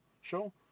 show